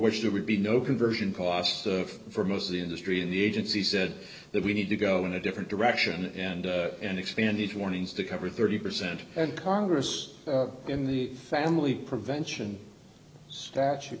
which there would be no conversion costs for most of the industry in the agency said that we need to go in a different direction and an expanded warnings to cover thirty percent and congress in the family prevention statu